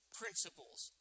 principles